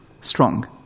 strong